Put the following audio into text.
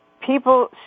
People